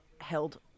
held